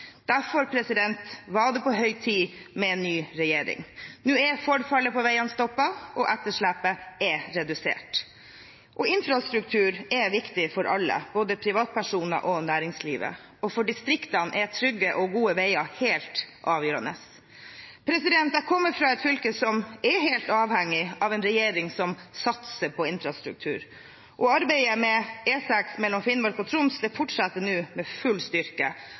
Derfor var det på høy tid med en ny regjering. Nå er forfallet på veiene stoppet, og etterslepet er redusert. Infrastruktur er viktig for alle, både privatpersoner og næringsliv, og for distriktene er trygge og gode veier helt avgjørende. Jeg kommer fra et fylke som er helt avhengig av en regjering som satser på infrastruktur. Arbeidet med E6 mellom Finnmark og Troms fortsetter nå med full styrke,